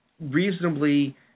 reasonably